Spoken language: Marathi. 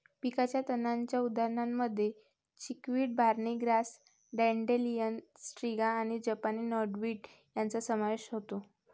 पिकाच्या तणांच्या उदाहरणांमध्ये chickweed, barny grass, dandelion, striga आणि जपानी नॉटवीड यांचा समावेश होतो